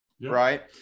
Right